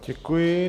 Děkuji.